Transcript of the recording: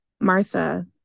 Martha